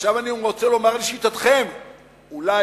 עכשיו,